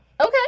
Okay